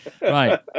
Right